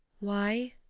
why?